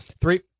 Three